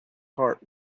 heart